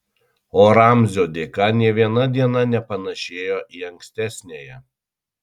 o ramzio dėka nė viena diena nepanašėjo į ankstesniąją